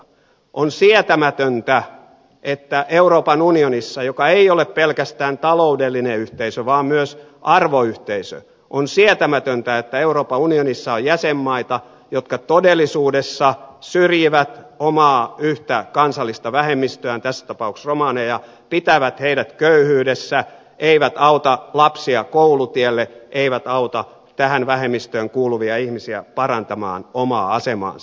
on sietämätöntä että euroopan unionissa joka ei ole pelkästään taloudellinen yhteisö vaan myös arvoyhteisö on sietämätöntä että euroopan unionissa on jäsenmaita jotka todellisuudessa syrjivät omaa yhtä kansallista vähemmistöään tässä tapauksessa romaneja pitävät heidät köyhyydessä eivät auta lapsia koulutielle eivät auta tähän vähemmistöön kuuluvia ihmisiä parantamaan omaa asemaansa